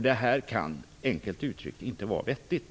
Detta kan helt enkelt inte vara vettigt.